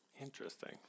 Interesting